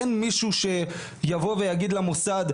אין מישהו שיבוא ויגיד למוסד,